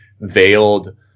veiled